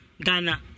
ghana